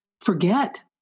forget